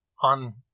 On